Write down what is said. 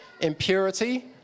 impurity